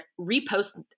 repost